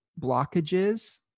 blockages